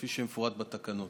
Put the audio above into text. כפי שמפורט בתקנות.